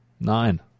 Nine